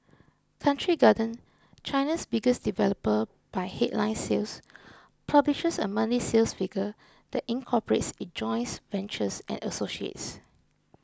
Country Garden China's biggest developer by headline sales publishes a monthly sales figure that incorporates its joint ventures and associates